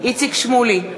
איציק שמולי,